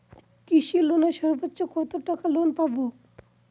কৃষি লোনে সর্বোচ্চ কত টাকা লোন পাবো?